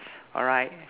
alright